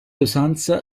usanza